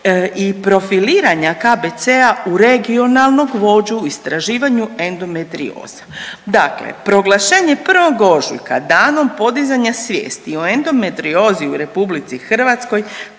i profiliranja KBC-a u regionalnog vođu u istraživanju endometrioze. Dakle, proglašenje 1. ožujka Danom podizanja svijesti o endometriozi u Republici Hrvatskoj